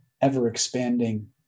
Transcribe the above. ever-expanding